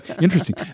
Interesting